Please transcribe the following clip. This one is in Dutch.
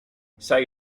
zij